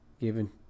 given